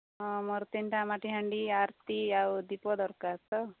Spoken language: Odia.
ହଁ ମୋର ତିନିଟା ମାଟିହାଣ୍ଡି ଆରତୀ ଆଉ ଦୀପ ଦରକାର ତ